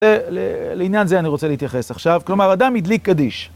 לעניין זה אני רוצה להתייחס עכשיו. כלומר, אדם הדליק קדיש.